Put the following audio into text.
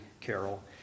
carol